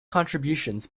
contributions